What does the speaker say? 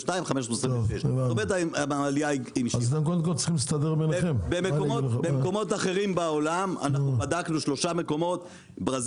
520,000 טון בשנת 2022. בדקנו שלושה מקומות אחרים בעולם: ברזיל,